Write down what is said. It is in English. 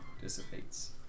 dissipates